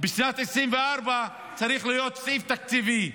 בשנת 2024 צריך להיות סעיף תקציבי.